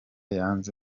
yanze